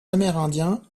amérindiens